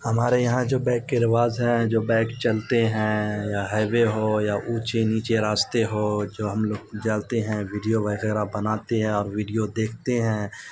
ہمارے یہاں جو بائک کے رواج ہیں جو بائک چلتے ہیں یا ہائیوے ہو یا اونچے نیچے راستے ہو جو ہم لوگ جلتے ہیں ویڈیو وغیرہ بناتے ہیں اور ویڈیو دیکھتے ہیں